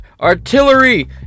artillery